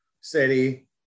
City